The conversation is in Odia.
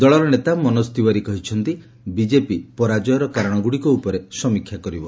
ଦଳର ନେତା ମନୋଜ ତିଓ୍ୱାରୀ କହିଛନ୍ତି ବିଚ୍ଚେପି ପରାଜୟର କାରଣଗୁଡ଼ିକ ଉପରେ ସମୀକ୍ଷା କରିବ